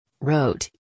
Wrote